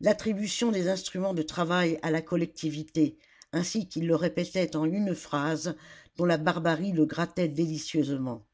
l'attribution des instruments de travail à la collectivité ainsi qu'il le répétait en une phrase dont la barbarie le grattait délicieusement